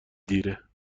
دیره